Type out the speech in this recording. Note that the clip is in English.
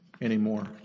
anymore